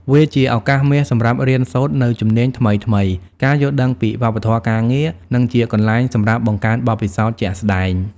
វាជា ឱកាសមាសសម្រាប់រៀនសូត្រ នូវជំនាញថ្មីៗ ការយល់ដឹងពីវប្បធម៌ការងារ និងជាកន្លែងសម្រាប់ បង្កើនបទពិសោធន៍ជាក់ស្ដែង។